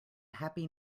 happy